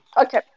Okay